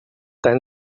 dein